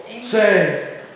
Say